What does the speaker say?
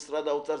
שמשרד האוצר יעצור,